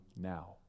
now